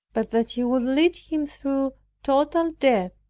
but that he would lead him through total death,